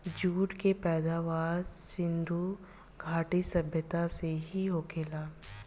jute के पैदावार सिधु घाटी सभ्यता से ही होखेला